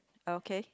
okay